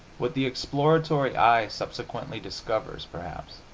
what the exploratory eye subsequently discovers, perhaps,